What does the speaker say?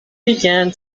began